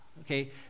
okay